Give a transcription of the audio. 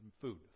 Food